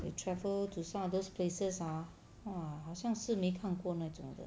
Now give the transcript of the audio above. you travel to some of those places ah !wah! 好像是没看过那种的